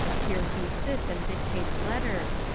here he sits and dictates letters,